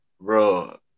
bro